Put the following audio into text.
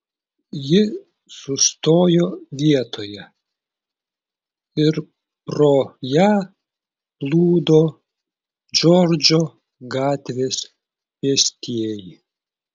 ji sustojo vietoje ir pro ją plūdo džordžo gatvės pėstieji